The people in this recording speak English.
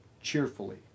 cheerfully